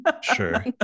Sure